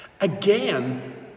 again